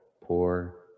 poor